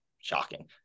shocking